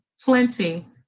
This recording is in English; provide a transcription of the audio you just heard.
plenty